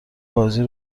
بازی